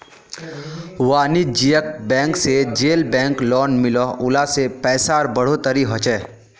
वानिज्ज्यिक बैंक से जेल बैंक लोन मिलोह उला से पैसार बढ़ोतरी होछे